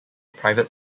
private